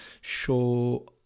show